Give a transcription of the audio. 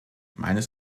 meines